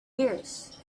years